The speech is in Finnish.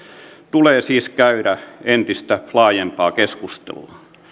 tulee siis käydä entistä laajempaa keskustelua